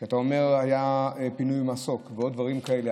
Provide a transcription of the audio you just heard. כי אתה אומר שהיה פינוי מסוק ועד דברים כאלה,